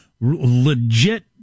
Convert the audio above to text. legit